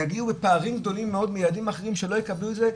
יגיעו לפערים גדולים מאוד מילדים אחרים שלא יקבלו את זה.